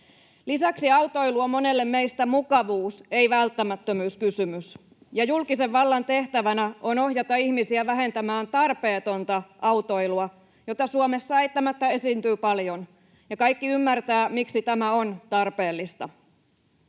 Lisäksi autoilu on monelle meistä mukavuus, ei välttämättömyyskysymys, ja julkisen vallan tehtävänä on ohjata ihmisiä vähentämään tarpeetonta autoilua, jota Suomessa eittämättä esiintyy paljon, ja kaikki ymmärtävät, miksi tämä on tarpeellista.